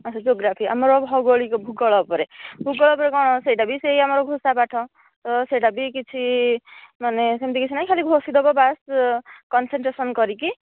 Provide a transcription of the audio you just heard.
ଆଚ୍ଛା ଜୋଗ୍ରାଫି ଆମର ଭୌଗଳିକ ଭୂଗୋଳ ଉପରେ ଭୂଗୋଳ ଉପରେ କ'ଣ ସେହିଟା ବି ସେହି ଆମର ଘୋଷା ପାଠ ତ ସେହିଟା ବି କିଛି ମାନେ ସେମିତି କିଛି ନାହିଁ ଖାଲି ଘୋଷି ଦେବ ବାସ କନସେନଟ୍ରେସନ କରିକି